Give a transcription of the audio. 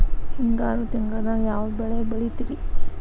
ಹಿಂಗಾರು ತಿಂಗಳದಾಗ ಯಾವ ಬೆಳೆ ಬೆಳಿತಿರಿ?